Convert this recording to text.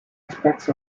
aspects